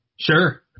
Sure